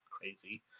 crazy